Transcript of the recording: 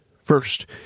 First